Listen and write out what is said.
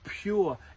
pure